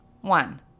One